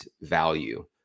value